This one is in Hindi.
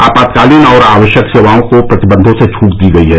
आपातकालीन और आवश्यक सेवाओं को प्रतिबन्धों से छूट दी गई है